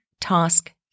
task